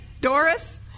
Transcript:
Doris